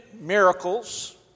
miracles